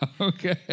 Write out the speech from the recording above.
Okay